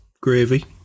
gravy